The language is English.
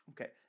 okay